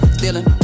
Stealing